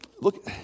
Look